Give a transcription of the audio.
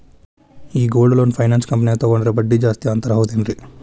ಈ gold loan finance ಕಂಪನ್ಯಾಗ ತಗೊಂಡ್ರೆ ಬಡ್ಡಿ ಜಾಸ್ತಿ ಅಂತಾರ ಹೌದೇನ್ರಿ?